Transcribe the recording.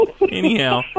Anyhow